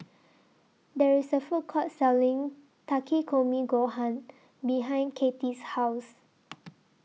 There IS A Food Court Selling Takikomi Gohan behind Kathi's House